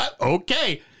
Okay